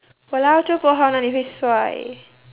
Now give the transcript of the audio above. !walao! zhou bo hao 哪里会帅